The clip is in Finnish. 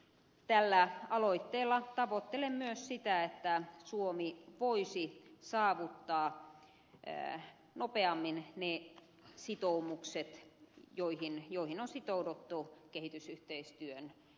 tällä aloitteella tavoittelen myös sitä että suomi voisi saavuttaa nopeammin ne sitoumukset joihin on sitouduttu kehitysyhteistyön tehostamiseksi